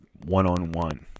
one-on-one